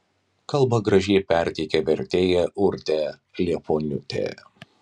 kalbą gražiai perteikė vertėja urtė liepuoniūtė